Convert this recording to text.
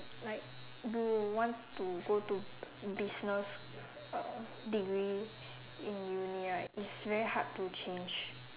like you want to go to business uh degree in uni right it's very hard to change